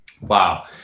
Wow